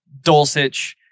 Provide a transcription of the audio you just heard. Dulcich